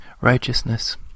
righteousness